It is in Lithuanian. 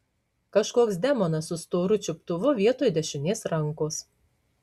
kažkoks demonas su storu čiuptuvu vietoj dešinės rankos